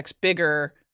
bigger